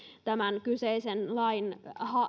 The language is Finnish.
tämän kyseisen lain